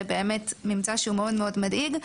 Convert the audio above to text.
זה באמת ממצא שהוא מאוד-מאוד מדאיג,